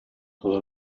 todo